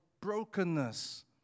brokenness